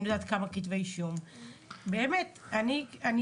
אני יודעת כמה כתבי אישום.